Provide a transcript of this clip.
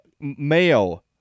mayo